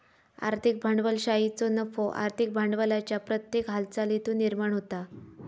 आर्थिक भांडवलशाहीचो नफो आर्थिक भांडवलाच्या प्रत्येक हालचालीतुन निर्माण होता